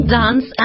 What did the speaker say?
dance